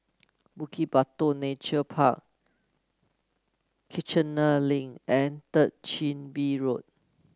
Bukit Batok Nature Park Kiichener Link and Third Chin Bee Road